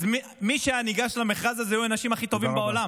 אז מי שהיה ניגש למכרז הזה היו האנשים הכי טובים בעולם.